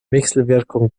wechselwirkung